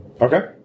Okay